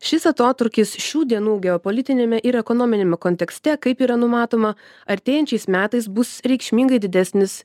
šis atotrūkis šių dienų geopolitiniame ir ekonominiame kontekste kaip yra numatoma artėjančiais metais bus reikšmingai didesnis